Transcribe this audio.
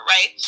Right